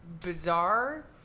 bizarre